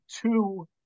two